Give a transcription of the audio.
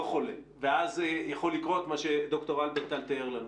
חולה ואז יכול לקרות מה שד"ר הלברטל תיאר לנו.